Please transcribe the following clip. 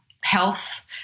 health